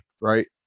right